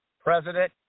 president